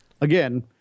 again